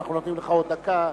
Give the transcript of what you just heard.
אנחנו נותנים לך עוד דקה.